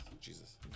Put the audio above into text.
Jesus